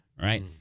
right